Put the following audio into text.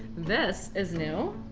this is new.